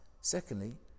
Secondly